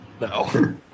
No